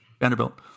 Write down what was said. Vanderbilt